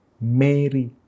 Mary